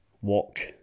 walk